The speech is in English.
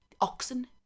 oxen